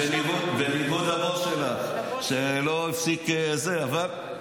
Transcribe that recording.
בניגוד לבוס שלך, שלא הפסיק, תשאל את עצמך.